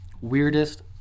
weirdest